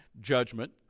judgment